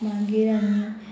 मागीर आमी